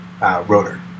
rotor